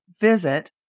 visit